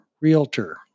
realtor